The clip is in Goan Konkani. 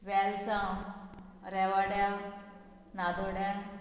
वेलसांव रेवाड्या नादोड्या